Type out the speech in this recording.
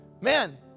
man